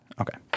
Okay